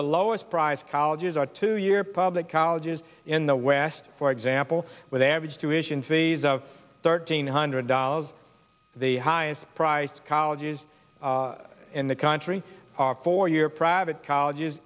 the lowest price colleges are two year public colleges in the west for example with average tuition fees of thirteen hundred dollars the highest priced colleges in the country four year private colleges